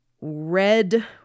red